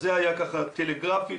זה היה ככה, טלגרפית,